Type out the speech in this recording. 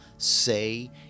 Say